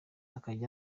akajya